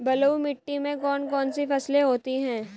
बलुई मिट्टी में कौन कौन सी फसलें होती हैं?